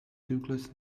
douglas